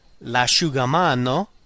L'asciugamano